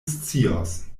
scios